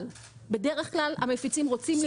אבל בדרך כלל המפיצים רוצים למכור,